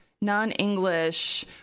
non-English